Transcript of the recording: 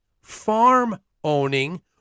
farm-owning